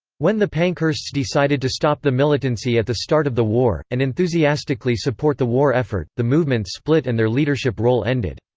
when the pankhursts decided to stop the militancy at the start of the war, and enthusiastically support the war effort, the movement split and their leadership role ended.